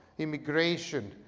immigration,